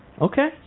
Okay